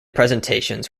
presentations